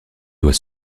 doit